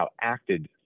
acted